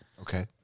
Okay